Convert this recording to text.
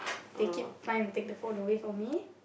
they keep trying to take the phone away from me